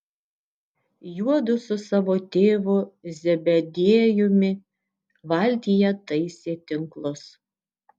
juodu su savo tėvu zebediejumi valtyje taisė tinklus